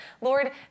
Lord